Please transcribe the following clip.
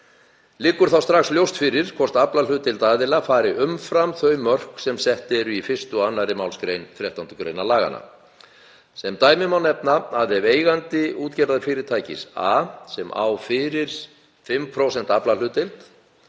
Liggur þá strax ljóst fyrir hvort aflahlutdeild aðila fari umfram þau mörk sem sett eru í 1. og 2. mgr. 13. gr. laganna. Sem dæmi má nefna að ef eigandi útgerðarfyrirtækis A sem á fyrir 5% aflahlutdeild